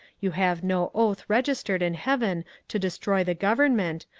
you have no oath registered in heaven to destroy the government,